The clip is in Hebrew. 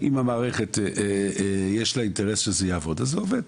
אם המערכת, יש לה אינטרס שזה יעבוד, אז זה עובד,